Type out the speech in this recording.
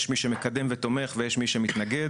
יש מי שמקדם ותומך ויש מי שמתנגד.